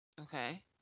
Okay